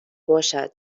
باشد